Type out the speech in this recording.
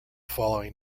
following